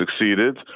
succeeded